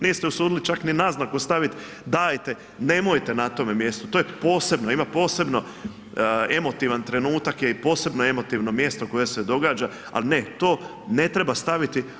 Niste se usudili čak ni naznaku stavit dajte nemojte na tome mjestu, to je posebno, ima posebno emotivan trenutak i posebno emotivno mjesto koje se događa, ali ne to ne treba staviti.